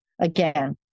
again